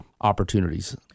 opportunities